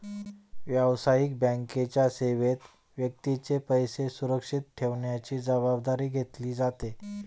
व्यावसायिक बँकेच्या सेवेत व्यक्तीचे पैसे सुरक्षित ठेवण्याची जबाबदारी घेतली जाते